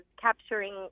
capturing